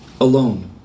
alone